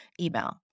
email